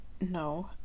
No